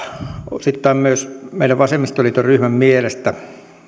osittain myös meidän vasemmistoliiton ryhmän mielestä